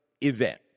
event